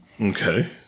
Okay